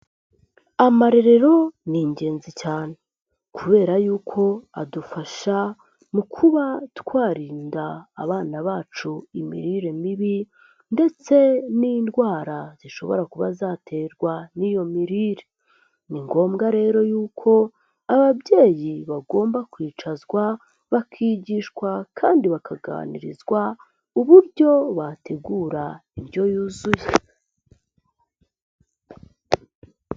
Amarerero ni ingenzi cyane kubera yuko adufasha mu kuba twarinda abana bacu imirire mibi ndetse n'indwara zishobora kuba zaterwa n'iyo mirire. Ni ngombwa rero yuko ababyeyi bagomba kwicazwa bakigishwa kandi bakaganirizwa uburyo bategura indyo yuzuye.